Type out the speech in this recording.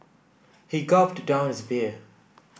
he gulped down his beer